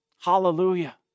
Hallelujah